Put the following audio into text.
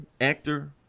actor